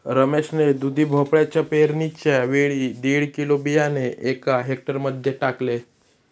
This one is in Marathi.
रमेश ने दुधी भोपळ्याच्या पेरणीच्या वेळी दीड किलो बियाणे एका हेक्टर मध्ये टाकले